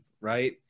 right